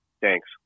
Thanks